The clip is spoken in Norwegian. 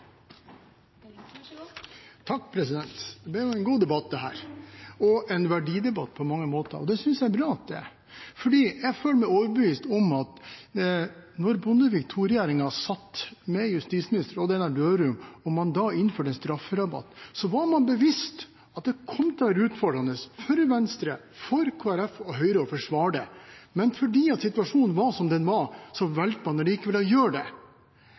en verdidebatt, på mange måter. Det synes jeg det er bra at det er, for jeg er overbevist om at da Bondevik II-regjeringen satt – med Odd Einar Dørum som justisminister – og man innførte en strafferabatt, var man bevisst på at det kom til å bli utfordrende for Venstre, Kristelig Folkeparti og Høyre å forsvare det, men fordi situasjonen var som den var, valgte man likevel å gjøre det.